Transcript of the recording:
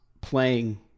playing